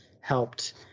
helped